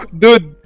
dude